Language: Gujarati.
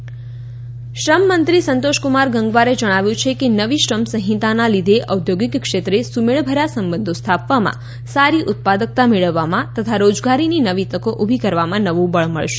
શ્રમ સંહિતા શ્રમમંત્રી સંતોષકુમાર ગંગવારે જણાવ્યું છે કે નવી શ્રમ સંહિતાના લીધે ઔદ્યોગિક ક્ષેત્ર સુમેળ ભર્યા સંબંધો સ્થાપવામાં સારી ઉત્પાદકતા મેળવવામાં તથા રોજગારીની નવી તકો ઊભી કરવામાં નવું બળ મળશે